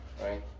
right